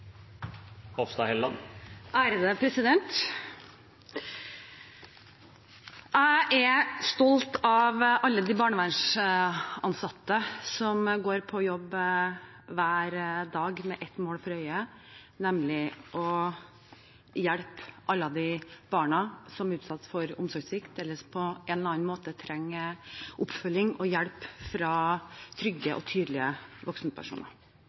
Jeg er stolt av alle de barnevernsansatte som går på jobb hver dag med ett mål for øye, nemlig å hjelpe alle de barna som er utsatt for omsorgssvikt eller på annen måte trenger oppfølging og hjelp fra trygge og tydelige voksenpersoner.